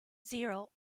zero